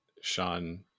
Sean